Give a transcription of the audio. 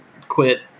quit